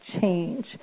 change